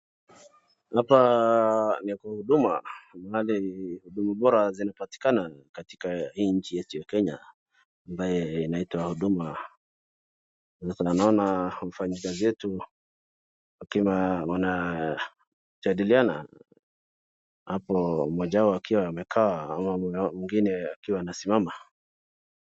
Hapa ni kwa huduma, mahali huduma bora zinapatikana katika hii nchi yetu ya Kenya ambaye inaitwa Huduma. Vile tunaona mfanyikazi yetu wakiwa wanajadiliana hapo, mmoja wao akiwa amekaa ama mwengine akiwa anasimama.